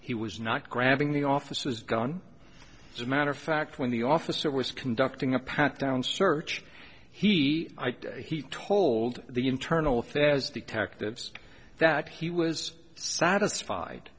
he was not grabbing the office's gun as a matter of fact when the officer was conducting a pat down search he he told the internal affairs detectives that he was satisfied